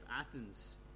Athens